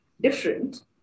different